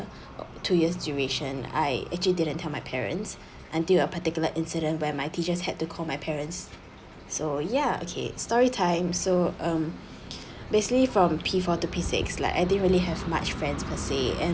two years duration I actually didn't tell my parents until a particular incident where my teachers had to call my parents so ya okay storytime so um basically from P four to P six like I didn't really have much friends per se and